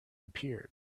appeared